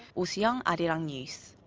oh soo-young, arirang news.